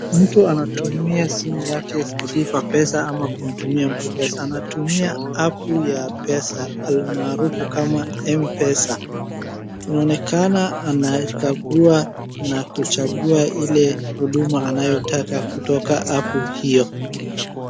Mtu anatumia simu yake kulipa pesa ama kumtumia mtu pesa. Anatumia apu ya pesa almaarufu kwa MPESA. Inaonekana anakagua na kuchagua ile huduma anayotaka kutoka apu iyo.